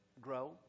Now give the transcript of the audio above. grow